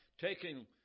taking